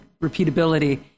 repeatability